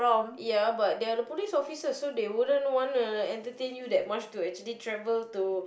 ya but they are the police officers so they wouldn't want to entertain you that much to actually travel to